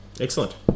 Excellent